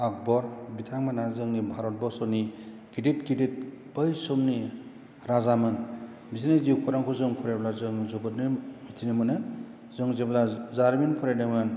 आकबर बिथांमोनहा जोंनि भारतबर्शनि गिदिर गिदिर बै समनि राजामोन बिसोरनि जिउ खौरांखौ जों फरायोब्ला जों जोबोदनो मिथिनो मोनो जों जेब्ला जारिमिन फरायदोंमोन